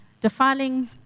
defiling